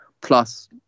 Plus